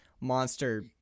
monster